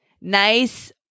nice